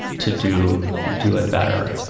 to do do it better